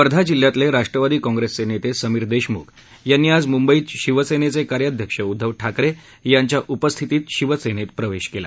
वर्धा जिल्ह्यातले राष्ट्रवादी काँग्रेसचे नेते समीर देशम्ख यांनी आज म्ंबईत शिवसेनेचे कार्याध्यक्ष उदधव ठाकरे यांच्या उपस्थितीत शिवसेनेत प्रवेश केला